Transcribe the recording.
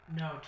no